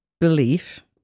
belief